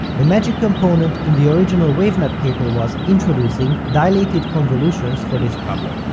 the magic component in the original wavenet paper was introducing dilated convolutions for this problem.